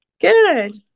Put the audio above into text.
Good